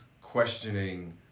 questioning